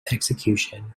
execution